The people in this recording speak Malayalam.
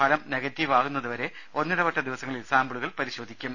ഫലം നെഗറ്റീവാകുന്നത് വരെ ഒന്നിടവിട്ട ദിവസങ്ങളിൽ സാമ്പിളുകൾ പരിശോധിക്കും